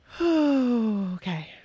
Okay